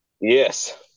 Yes